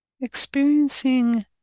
Experiencing